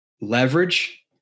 leverage